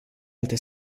alte